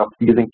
using